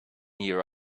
year